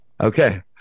Okay